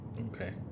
Okay